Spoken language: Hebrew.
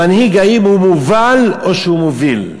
המנהיג, האם הוא מובל או שהוא מוביל?